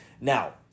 Now